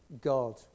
God